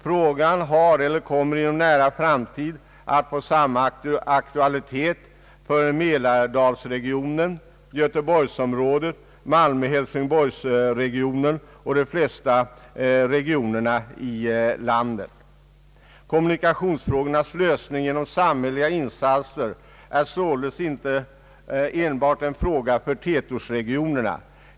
Frågan har eller kommer inom en nära framtid att få samma aktualitet för Mälardalsregionen, Göteborgsområdet, Malmöoch = Hälsingborgsregionen och de flesta andra regioner i landet. Kommunikationsfrågornas lösning genom samhälleliga insatser är således inte enbart en fråga för tätortsregionerna.